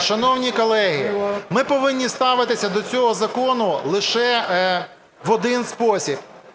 шановні колеги, ми повинні ставитися до цього закону лише в один спосіб.